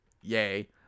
yay